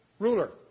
ruler